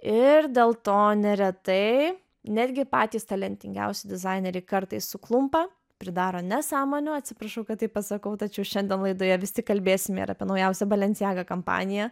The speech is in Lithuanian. ir dėl to neretai netgi patys talentingiausi dizaineriai kartais suklumpa pridaro nesąmonių atsiprašau kad taip pasakau tačiau šiandien laidoje vis tik kalbėsime ir apie naujausią balencijaga kampaniją